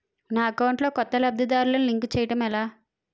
నా అకౌంట్ లో కొత్త లబ్ధిదారులను లింక్ చేయటం ఎలా?